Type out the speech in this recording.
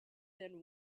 than